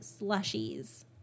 slushies